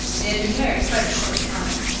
they had been married quite a short time.